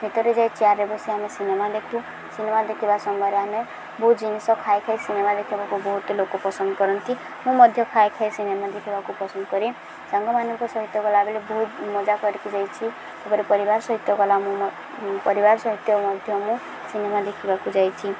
ଭିତରେ ଯାଇ ଚେୟାର୍ରେ ବସି ଆମେ ସିନେମା ଦେଖୁ ସିନେମା ଦେଖିବା ସମୟରେ ଆମେ ବହୁତ ଜିନିଷ ଖାଇ ଖାଇ ସିନେମା ଦେଖିବାକୁ ବହୁତ ଲୋକ ପସନ୍ଦ କରନ୍ତି ମୁଁ ମଧ୍ୟ ଖାଇ ଖାଇ ସିନେମା ଦେଖିବାକୁ ପସନ୍ଦ କରେ ସାଙ୍ଗମାନଙ୍କ ସହିତ ଗଲାବେଳେ ବହୁତ ମଜା କରିକି ଯାଇଛି ତାପରେ ପରିବାର ସହିତ ମୁଁ ପରିବାର ସହିତ ମଧ୍ୟ ମୁଁ ସିନେମା ଦେଖିବାକୁ ଯାଇଛି